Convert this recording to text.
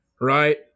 right